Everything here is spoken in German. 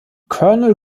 colonel